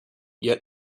yet